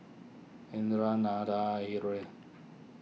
Indira Nathan